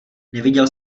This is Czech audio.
neviděl